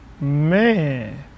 Man